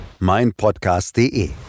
meinpodcast.de